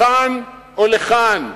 לכאן או לכאן,